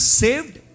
saved